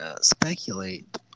speculate